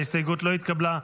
ההסתייגות לא התקבלה.